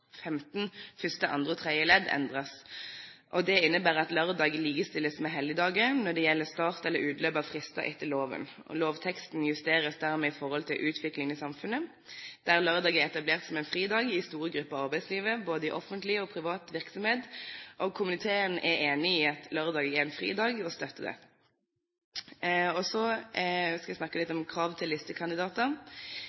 15, første, andre og tredje ledd endres. Det innebærer at lørdager likestilles med helligdager når det gjelder start eller utløp av frister etter loven. Lovteksten justeres dermed i forhold til utviklingen i samfunnet, der lørdag er etablert som en fridag for store grupper i arbeidslivet, både i offentlig og privat virksomhet. Komiteen er enig i at lørdag er en fridag og støtter dette. Så skal jeg snakke litt